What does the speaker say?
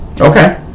Okay